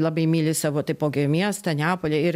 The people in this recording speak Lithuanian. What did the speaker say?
labai myli savo taipogi miestą neapolį ir